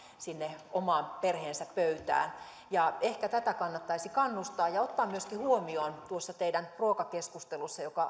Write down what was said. sinne omaan perheensä pöytään ehkä tätä kannattaisi kannustaa ja ottaa myöskin huomioon tuossa teidän ruokakeskustelussanne joka